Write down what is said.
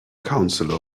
counselor